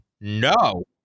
no